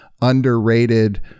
underrated